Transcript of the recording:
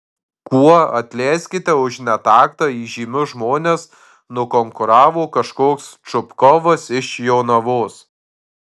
kuo atleiskite už netaktą įžymius žmones nukonkuravo kažkoks čupkovas iš jonavos